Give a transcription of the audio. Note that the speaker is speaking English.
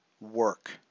work